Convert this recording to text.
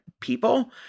people